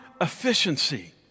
efficiency